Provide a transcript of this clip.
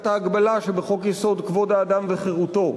ההגבלה שבחוק-יסוד: כבוד האדם וחירותו.